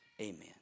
Amen